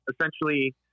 essentially